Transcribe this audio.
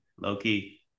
Low-key